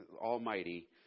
Almighty